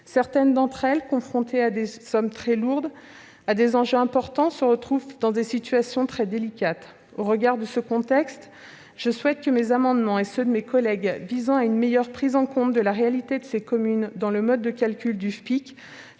Certaines d'entre elles, confrontées à des charges très lourdes et des enjeux importants, se trouvent aujourd'hui dans une situation très délicate. Au regard de ce contexte, je souhaite que mes amendements et ceux de mes collègues qui visent à mieux prendre en compte la réalité de ces communes dans le mode de calcul du FPIC